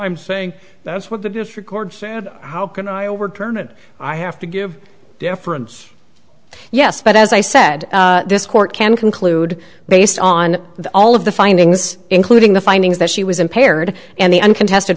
i'm saying that's what the district court said how can i overturn it i have to give deference yes but as i said this court can conclude based on the all of the findings including the findings that she was impaired and the uncontested